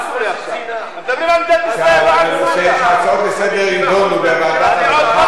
חבר הכנסת, סגן יושב-ראש הכנסת,